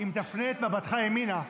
אם תפנה את מבטך ימינה,